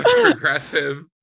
Progressive